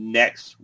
next